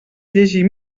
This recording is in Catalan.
llegir